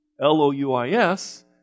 L-O-U-I-S